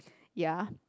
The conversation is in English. ya